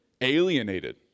alienated